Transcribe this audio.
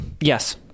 Yes